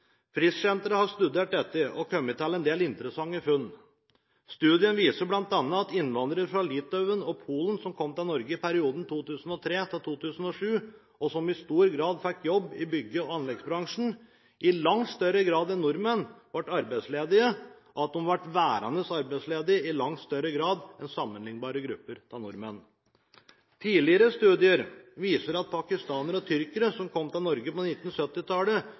Frischsenteret har studert dette og kommet til en del interessante funn. En studie viser bl.a. at innvandrere fra Litauen og Polen som kom til Norge i perioden 2003–2007, og som i stor grad fikk jobb i bygg- og anleggsbransjen, i langt større grad enn nordmenn ble arbeidsledige, og at de ble værende arbeidsledige i langt større grad enn sammenlignbare nordmenn. Tidligere studier viser at pakistanere og tyrkere som kom til Norge på